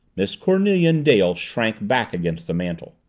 miss cornelia and dale shrank back against the mantel.